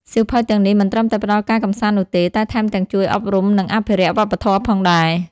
សៀវភៅទាំងនេះមិនត្រឹមតែផ្ដល់ការកម្សាន្តនោះទេ តែថែមទាំងជួយអប់រំ និងអភិរក្សវប្បធម៌ផងដែរ។